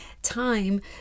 time